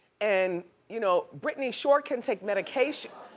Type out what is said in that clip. and you know britney sure can take medication.